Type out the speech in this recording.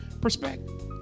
perspective